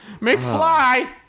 McFly